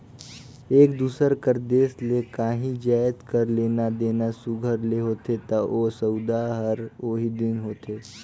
एक दूसर कर देस ले काहीं जाएत कर लेना देना सुग्घर ले होथे ता ओ सउदा हर ओही दिन होथे